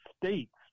states